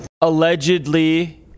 allegedly